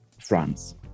France